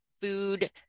food